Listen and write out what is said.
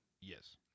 Yes